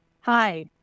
Hi